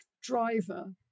driver